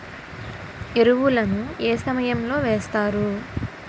ఎరువుల ను ఏ సమయం లో వేస్తారు?